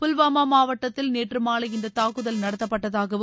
புல்வாமா மாவட்டத்தில் நேற்று மாலை இந்த தாக்குதல் நடத்தப்பட்டதாகவும்